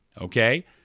Okay